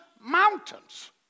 mountains